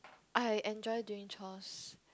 I enjoy doing chores